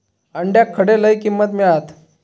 अंड्याक खडे लय किंमत मिळात?